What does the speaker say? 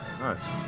Nice